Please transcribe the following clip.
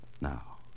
Now